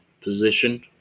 position